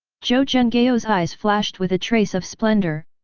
zhou zhenghao's eyes flashed with a trace of splendor,